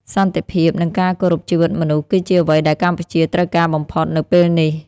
សន្តិភាព និងការគោរពជីវិតមនុស្ស គឺជាអ្វីដែលកម្ពុជាត្រូវការបំផុតនៅពេលនេះ។